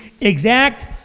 exact